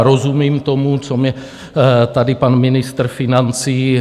Rozumím tomu, co mi tady pan ministr financí...